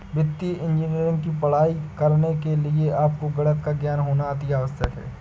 वित्तीय इंजीनियरिंग की पढ़ाई करने के लिए आपको गणित का ज्ञान होना अति आवश्यक है